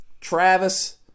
Travis